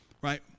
right